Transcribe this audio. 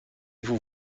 vous